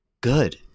good